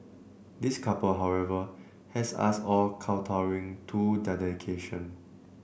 this couple however has us all kowtowing to their dedication